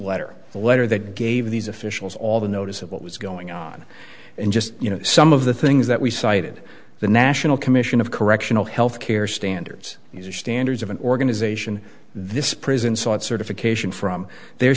letter the letter that gave these officials all the notice of what was going on and just you know some of the things that we cited the national commission of correctional health care standards these are standards of an organization this prison sought certification from their